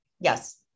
Yes